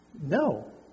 No